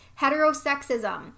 Heterosexism